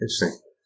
Interesting